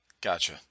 Gotcha